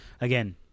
again